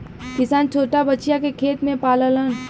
किसान छोटा बछिया के खेत में पाललन